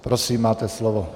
Prosím, máte slovo.